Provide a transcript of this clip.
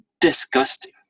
disgusting